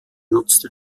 nutzte